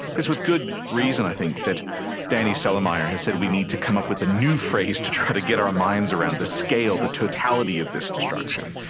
it's with good reason i think that dani celermajer has said we need to come up with a new phrase to try to get our minds around the scale, the totality of this destruction.